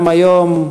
גם היום,